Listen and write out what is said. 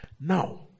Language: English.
Now